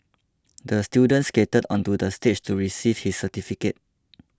the student skated onto the stage to receive his certificate